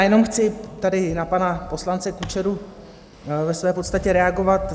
Jenom chci tady na pana poslance Kučeru ve své podstatě reagovat.